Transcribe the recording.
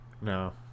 no